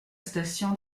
station